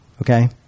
okay